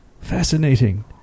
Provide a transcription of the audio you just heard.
fascinating